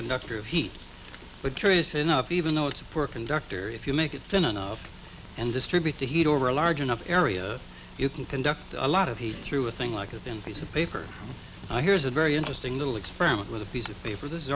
conductor of heat but curiously enough even though it's a poor conductor if you make it fit enough and distribute the heat over a large enough area you can conduct a lot of heat through a thing like a thin piece of paper i here's a very interesting little experiment with a piece of paper this